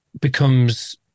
becomes